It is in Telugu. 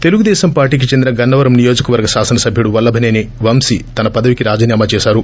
తెలుగుదేశం పార్టీకి చెందిన గన్ప వరం నియోజికవర్గ శాసనసభ్యుడు వల్లభనేని వంశీ తన పదవికీ రాజీనామా చేశారు